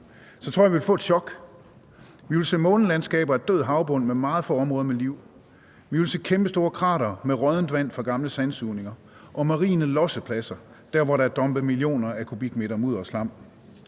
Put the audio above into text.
tror jeg, vi ville få et chok. Vi ville se månelandskaber af død havbund med meget få områder med liv, vi ville se kæmpestore kratere med råddent vand fra gamle sandsugninger og marine lossepladser der, hvor der er dumpet millioner af kubikmeter mudder og slam.